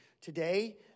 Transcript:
today